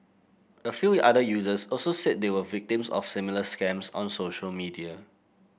a few other users also said they were victims of similar scams on social media